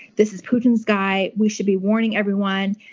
this is putin's guy. we should be warning everyone.